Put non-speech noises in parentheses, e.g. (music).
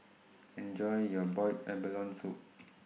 Enjoy your boiled abalone Soup (noise)